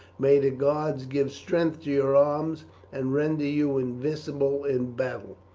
may the gods give strength to your arms and render you invincible in battle!